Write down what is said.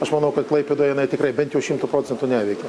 aš manau kad klaipėdoje jinai tikrai bent jau šimtu procentų neveikia